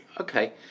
okay